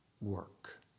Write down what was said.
work